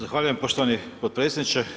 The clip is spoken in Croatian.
Zahvaljujem poštovani potpredsjedniče.